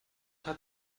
hat